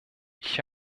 ich